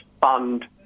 fund